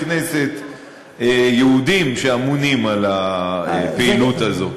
כנסת יהודים שאמונים על הפעילות הזאת.